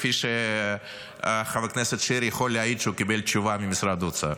כפי שחבר הכנסת שירי יכול להעיד שהוא קיבל תשובה ממשרד האוצר.